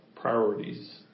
priorities